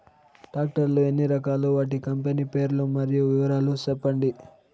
Tractor లు ఎన్ని రకాలు? వాటి కంపెని పేర్లు మరియు వివరాలు సెప్పండి?